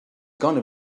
gonna